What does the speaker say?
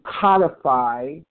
codify